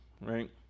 right